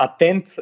attend